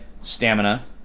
Stamina